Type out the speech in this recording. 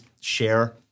share